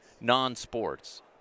Non-sports